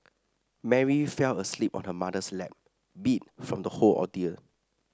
Mary fell asleep on her mother's lap beat from the whole ordeal